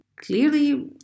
Clearly